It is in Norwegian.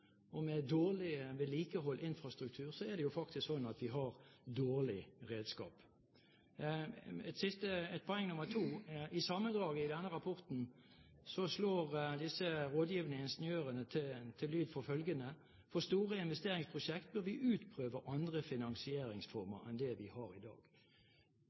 redskap? Med dårlig vedlikeholdt infrastruktur er det faktisk sånn at vi har dårlig redskap. Et poeng nr. to: I sammendraget av denne rapporten slår disse rådgivende ingeniørene til lyd for følgende: «For store investeringsprosjekt bør vi utprøve andre finansieringsformer enn de vi har i dag.»